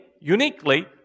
uniquely